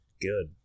Good